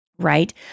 Right